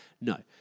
No